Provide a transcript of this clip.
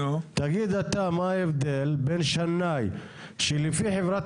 תגיד אתה מה ההבדל בין שנאי שלפי חברת